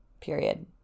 Period